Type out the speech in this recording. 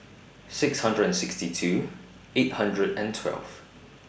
six hundred and sixty two eight hundred and twelve